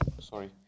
Sorry